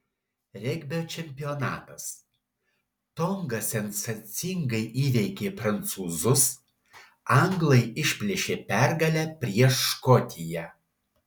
regbio čempionatas tonga sensacingai įveikė prancūzus anglai išplėšė pergalę prieš škotiją